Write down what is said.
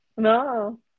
No